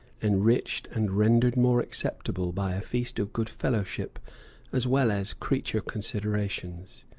enriched and rendered more acceptable by a feast of good-fellowship as well as creature considerations.